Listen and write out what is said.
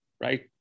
right